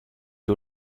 you